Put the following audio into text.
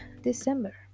December